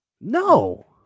no